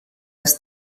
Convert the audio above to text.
das